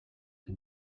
que